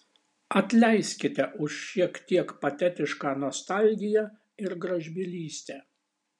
atleiskite už šiek tiek patetišką nostalgiją ir gražbylystę